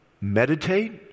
meditate